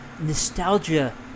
nostalgia